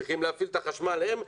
צריכים להפעיל את החשמל הם,